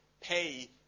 pay